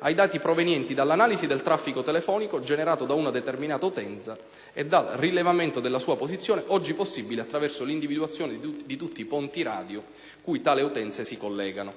ai dati provenienti dall'analisi del traffico telefonico generato da una determinata utenza e dal rilevamento della sua posizione, oggi possibile attraverso l'individuazione di tutti i ponti radio cui tali utenze si collegano.